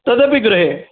तदपि गृहे